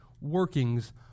workings